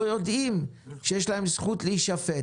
לא יודעים שיש להם זכות להישפט,